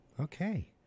okay